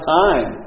time